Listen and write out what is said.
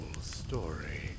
story